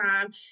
time